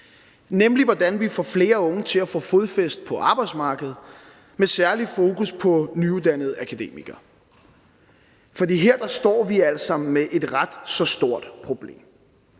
nemlig hvordan vi får flere unge til at få fodfæste på arbejdsmarkedet, med særlig fokus på nyuddannede akademikere. For her står vi altså med et ret så stort problem.